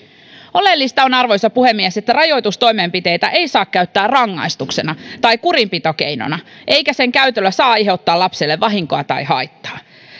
oleellista on arvoisa puhemies että rajoitustoimenpiteitä ei saa käyttää rangaistuksena tai kurinpitokeinona eikä niiden käytöllä saa aiheuttaa lapselle vahinkoa tai haittaa